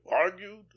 argued